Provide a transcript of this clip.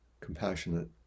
compassionate